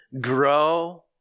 grow